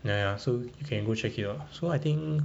ya ya so you can go check here so I think